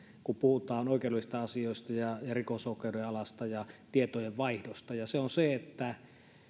kun puhutaan oikeudellisista asioista ja rikosoikeuden alasta ja tietojenvaihdosta ja se on se että